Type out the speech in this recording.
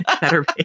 Better